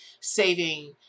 saving